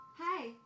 Hi